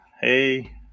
hey